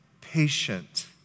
patient